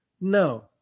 no